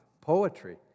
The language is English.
Poetry